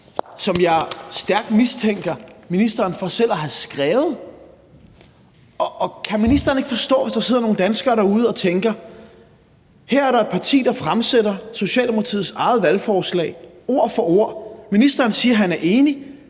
som jeg stærkt mistænker ministeren for selv at have skrevet. Kan ministeren ikke forstå, hvis der sidder nogle danskere derude og tænker, at det er lidt underligt, at der her er et parti, der fremsætter Socialdemokratiets eget valgforslag ord for ord, og ministeren siger, at han er enig,